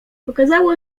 okazało